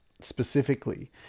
specifically